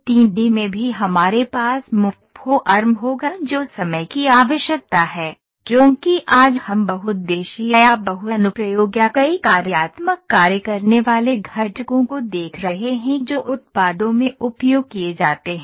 3 D में भी हमारे पास मुफ्त फॉर्म होगा जो समय की आवश्यकता है क्योंकि आज हम बहुउद्देशीय या बहु अनुप्रयोग या कई कार्यात्मक कार्य करने वाले घटकों को देख रहे हैं जो उत्पादों में उपयोग किए जाते हैं